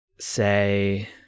say